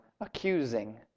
accusing